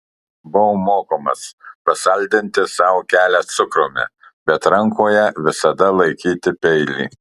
buvau mokomas pasaldinti sau kelią cukrumi bet rankoje visada laikyti peilį